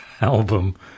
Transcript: album